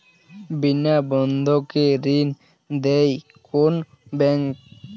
বিনা বন্ধকে ঋণ দেয় কোন ব্যাংক?